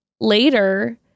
later